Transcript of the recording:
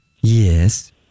Yes